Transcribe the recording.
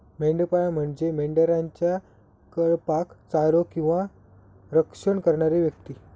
मेंढपाळ म्हणजे मेंढरांच्या कळपाक चारो किंवा रक्षण करणारी व्यक्ती